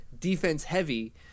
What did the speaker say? defense-heavy